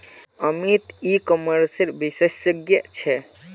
अमित ई कॉमर्सेर विशेषज्ञ छे